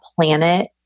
planet